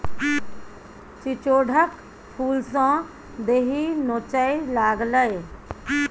चिचोढ़क फुलसँ देहि नोचय लागलै